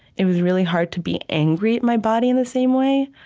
it was really hard to be angry at my body in the same way.